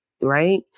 Right